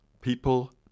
people